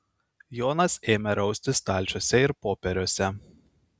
jonas ėmė raustis stalčiuose ir popieriuose